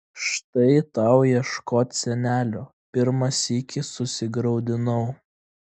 štai tau ieškot senelio pirmą sykį susigraudinau